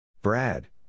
Brad